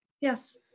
Yes